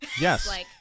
yes